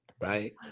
right